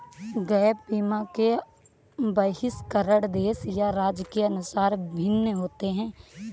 gap बीमा के बहिष्करण देश या राज्य के अनुसार भिन्न होते हैं